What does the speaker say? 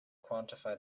quantify